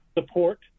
support